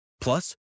Plus